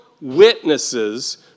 witnesses